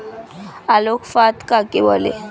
আলোক ফাঁদ কাকে বলে?